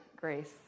grace